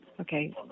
Okay